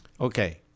Okay